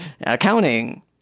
accounting